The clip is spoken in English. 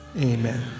Amen